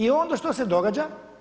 I onda što se događa?